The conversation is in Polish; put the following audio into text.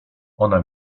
ona